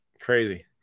Crazy